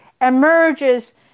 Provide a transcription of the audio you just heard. emerges